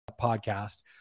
podcast